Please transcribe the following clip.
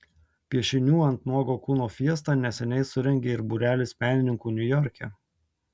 piešinių ant nuogo kūno fiestą neseniai surengė ir būrelis menininkų niujorke